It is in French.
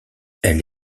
elle